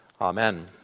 Amen